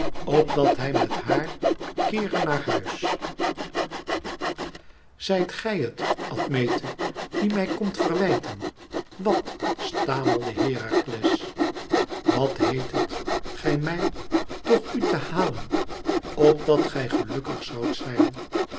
opdat hij met haar keere naar huis zijt gij het admete die mij komt verwijten wàt stamelde herakles wat heettet gij mij toch u te halen opdat gij gelukkig zoudt zijn